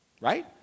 right